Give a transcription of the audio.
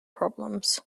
problems